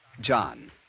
John